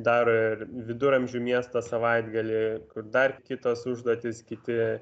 dar ir viduramžių miestą savaitgalį kur dar kitos užduotys kiti